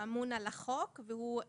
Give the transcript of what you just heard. האמון על החוק והוא בעצם,